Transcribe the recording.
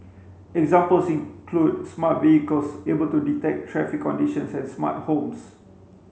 examples include smart vehicles able to detect traffic conditions and smart homes